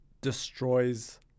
Destroys